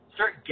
Start